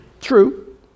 true